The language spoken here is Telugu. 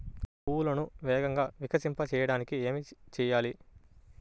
పువ్వులను వేగంగా వికసింపచేయటానికి ఏమి చేయాలి?